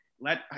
let